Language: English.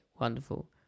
Wonderful